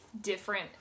different